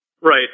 right